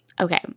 Okay